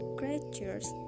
creatures